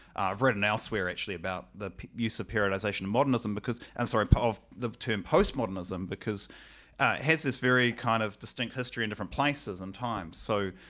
i've written elsewhere actually about the use of periodization in modernism because. and sorry, of the term post-modernism because it has this very kind of distinct history in different places and times, so